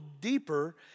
deeper